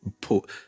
put